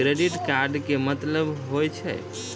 Credit card के मतलब होय छै?